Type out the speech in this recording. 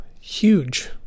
huge